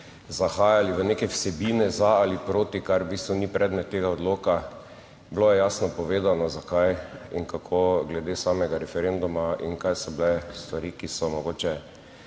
zahajali v neke vsebine za ali proti, kar v bistvu ni predmet tega odloka. Bilo je jasno povedano, zakaj in kako glede samega referenduma in kaj so bile stvari, ki so mogoče